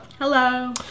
Hello